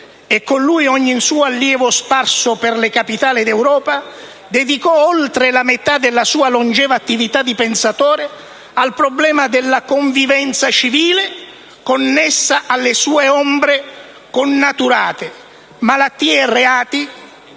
e con lui ogni suo allievo sparso per le capitali d'Europa, dedicò oltre la metà della sua longeva attività di pensatore al problema della convivenza civile connessa alle sue ombre connaturate: malattia e reati,